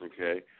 Okay